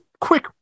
quick